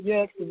Yes